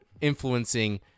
influencing